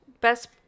Best